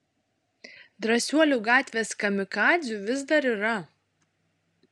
drąsuolių gatvės kamikadzių vis dar yra